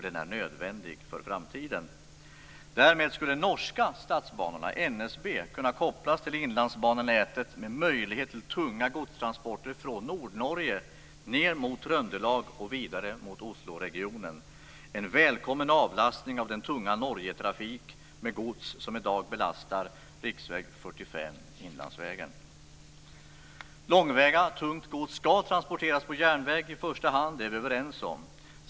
Det är nödvändigt för framtiden. Därmed skulle Norska Statsbanorna, NSB, kunna kopplas till inlandsbanenätet med möjlighet till tunga godstransporter från Nordnorge ned mot Trøndelag och vidare mot Osloregionen. Det vore en välkommen avlastning av den tunga Norgetrafik med gods som i dag belastar riksväg 45, Inlandsvägen. Långväga tungt gods ska transporteras på järnväg i första hand. Det är vi överens om.